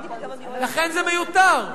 לכן זה מיותר.